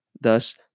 thus